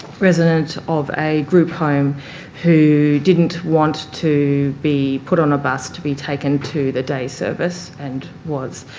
resident of a group home who didn't want to be put on a bus to be taken to the day service and was